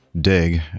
dig